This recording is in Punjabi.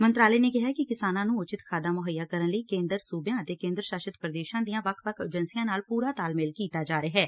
ਮੰਤਰਾਲੇ ਨੇ ਕਿਹੈ ਕਿ ਕਿਸਾਨਾਂ ਨੂੰ ਉਚਿਤ ਖਾਦਾਂ ਮੁਹੱਈਆ ਕਰਨ ਲਈ ਕੇਂਦਰ ਸੂਬਿਆਂ ਅਤੇ ਕੇਂਦਰ ਸ਼ਾਸਤ ਪ੍ਰਦੇਸ਼ਾਂ ਦੀਆਂ ਵੱਖ ਵੱਖ ਏਜੰਸੀਆਂ ਨਾਲ ਪੁਰਾ ਤਾਲਮੇਲ ਕੀਤਾ ਜਾ ਰਿਹੈ